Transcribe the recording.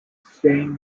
staying